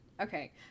Okay